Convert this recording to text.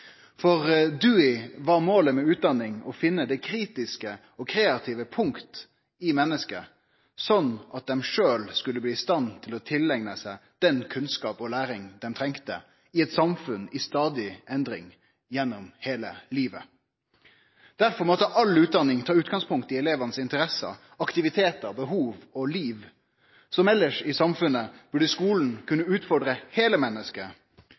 For Dewey var målet med utdanning å finne det kritiske og kreative punktet i mennesket, slik at det sjølv skulle bli i stand til å tileigne seg den kunnskapen og den læringa det treng i eit samfunn i stadig endring – gjennom heile livet. Derfor måtte all utdanning ta utgangspunkt i elevanes interesser, aktivitetar, behov og liv. Som elles i samfunnet burde skulen kunne utfordre heile mennesket,